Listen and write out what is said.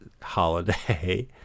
holiday